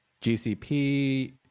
GCP